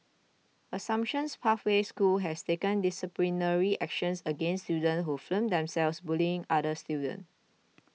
Assumptions Pathway School has taken disciplinary actions against students who filmed themselves bullying another student